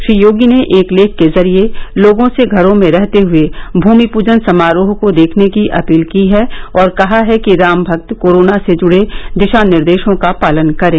श्री योगी ने एक लेख के जरिए लोगों से घरों में रहते हुए भूमि पूजन समारोह को देखने की अपील की है और कहा है कि राम भक्त कोरोना से जुडे दिशा निर्देशों का पालन करें